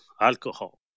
alcohol